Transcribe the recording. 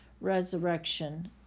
resurrection